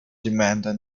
demanded